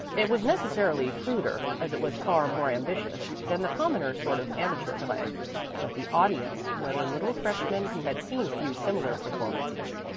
it was necessarily cruder, as it was far more ambitious, than the commoner sort of amateur play but the audience, whether little freshmen who had seen few similar performances,